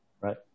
Right